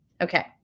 Okay